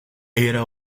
era